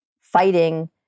fighting